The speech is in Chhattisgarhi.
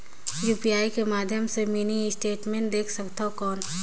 यू.पी.आई कर माध्यम से मिनी स्टेटमेंट देख सकथव कौन?